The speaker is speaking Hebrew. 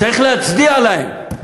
צריך להצדיע להם.